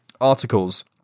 articles